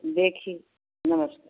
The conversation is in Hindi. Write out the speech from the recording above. देखिए नमस्ते